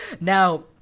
Now